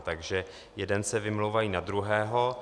Takže jeden se vymlouvá na druhého.